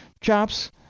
Chops